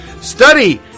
Study